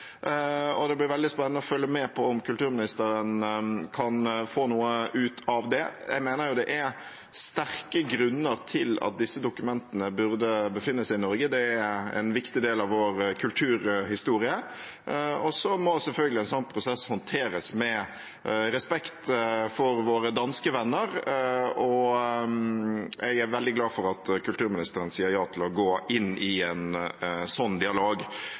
og det blir veldig spennende å følge med på om kulturministeren kan få noe ut av det. Jeg mener det er sterke grunner til at disse dokumentene bør befinne seg i Norge. De er en viktig del av vår kulturhistorie. Så må selvfølgelig en slik prosess håndteres med respekt for våre danske venner. Jeg er veldig glad for at kulturministeren sier ja til å gå inn i en slik dialog.